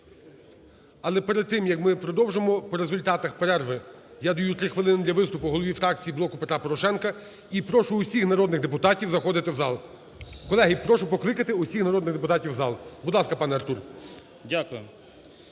Але перед тим, як ми продовжимо, по результатах перерви я даю 3 хвилини для виступу голові фракції "Блоку Петра Порошенка". І прошу усіх народних депутатів заходити в зал. Колеги, прошу покликати усіх народних депутатів в зал. Будь ласка, пане Артур.